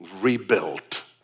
rebuilt